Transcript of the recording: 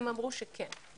הם אמרו שכן.